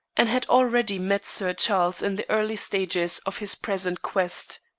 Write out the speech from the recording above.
and had already met sir charles in the early stages of his present quest.